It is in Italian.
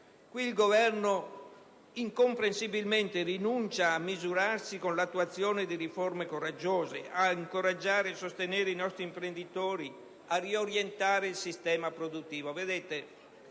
Qui il Governo rinuncia incomprensibilmente a misurarsi con l'attuazione di riforme coraggiose, ad incoraggiare e sostenere i nostri imprenditori, a riorientare il sistema produttivo.